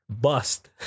bust